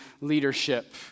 leadership